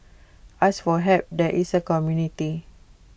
ask for help there is A community